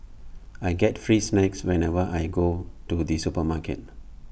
I get free snacks whenever I go to the supermarket